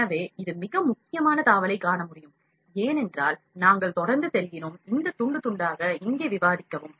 எனவே இது மிக முக்கியமான தாவலைக் காண முடியும் ஏனென்றால் நாங்கள் தொடர்ந்து செல்கிறோம் இந்த துண்டு துண்டாக இங்கே விவாதிக்கவும்